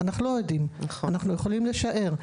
אנחנו לא יודעים, אנחנו יכולים לשער.